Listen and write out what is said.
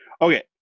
Okay